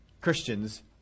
Christians